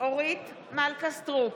אורית מלכה סטרוק,